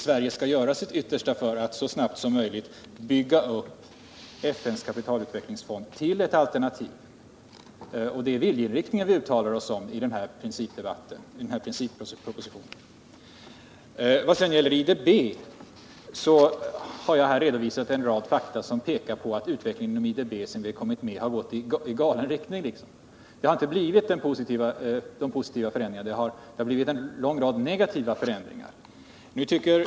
Sverige skall göra sitt yttersta för att så snart som möjligt bygga upp FN:s kapitalutvecklingsfond till ett alternativ. Det är viljeinriktningen vi uttalar oss om i denna principreservation. När det gäller IDB har jag redovisat en rad fakta, som pekar på att utvecklingen inom IDB sedan Sverige gick med har gått i galen riktning. Det har inte skett några positiva förändringar men en lång rad negativa.